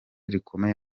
rikomeye